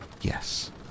Yes